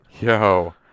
Yo